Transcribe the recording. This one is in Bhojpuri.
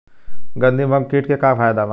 गंधी बग कीट के का फायदा बा?